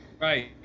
Right